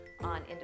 on